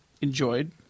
enjoyed